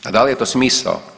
A da li je to smisao?